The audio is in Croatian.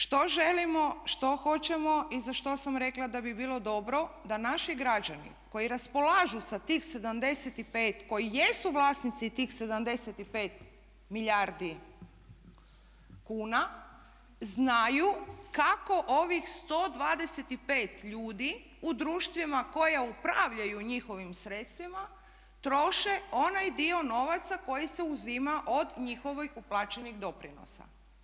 Što želimo, što hoćemo i za što sam rekla da bi bilo dobro da naši građani koji raspolažu sa tih 75, koji jesu vlasnici tih 75 milijardi kuna znaju kako ovih 125 ljudi u društvima koja upravljaju njihovim sredstvima troše onaj dio novaca koji se uzima od njihovih uplaćenih doprinosa.